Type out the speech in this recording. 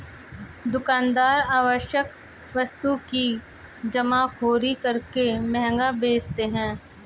दुकानदार आवश्यक वस्तु की जमाखोरी करके महंगा बेचते है